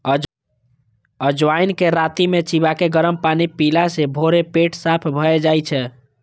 अजवाइन कें राति मे चिबाके गरम पानि पीला सं भोरे पेट साफ भए जाइ छै